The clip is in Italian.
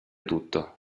tutto